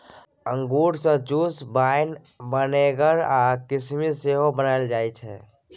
अंगुर सँ juice, wine, vinegar आ किसमिस सेहो बनाएल जाइ छै